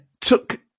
took